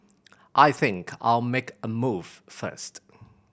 I think I'll make a move first